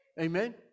Amen